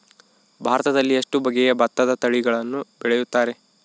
ಭಾರತದಲ್ಲಿ ಎಷ್ಟು ಬಗೆಯ ಭತ್ತದ ತಳಿಗಳನ್ನು ಬೆಳೆಯುತ್ತಾರೆ?